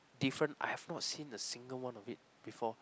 different I have not seen a single one of it before